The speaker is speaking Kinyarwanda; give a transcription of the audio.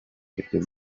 ibyo